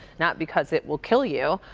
not because it will kill you.